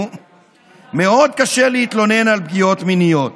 מאוד קשה להתלונן על פגיעות מיניות.